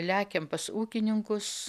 lekiam pas ūkininkus